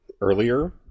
earlier